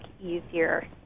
easier